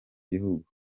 gihugu